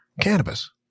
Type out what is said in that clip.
cannabis